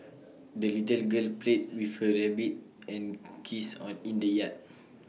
the little girl played with her rabbit and geese on in the yard